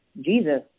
Jesus